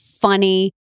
funny